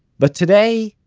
but today,